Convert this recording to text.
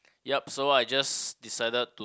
yep so I just decided to